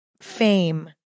fame